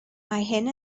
hyn